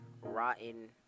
rotten